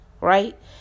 right